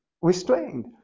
restrained